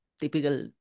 typical